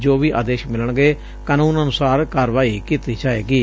ਜੋ ਵੀ ਆਦੇਸ਼ ਮਿਲਣਗੇ ਕਾਨੂੰਨ ਅਨੁਸਾਰ ਕਾਰਵਾਈ ਕੀਤੀ ਜਾਏਗੀ